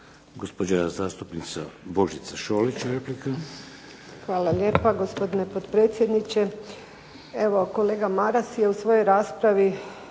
Gospođa zastupnica Božica Šolić, replika. **Šolić, Božica (HDZ)** Hvala lijepa, gospodine potpredsjedniče. Evo kolega Maras je u svojoj raspravi